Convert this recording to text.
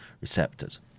receptors